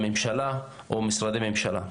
לממשלה או למשרדי הממשלה.